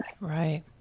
Right